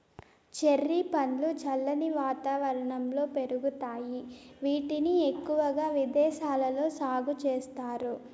cherry పండ్లు చల్లని వాతావరణంలో పెరుగుతాయి, వీటిని ఎక్కువగా విదేశాలలో సాగు చేస్తారు